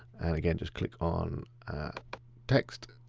and again, just click on text.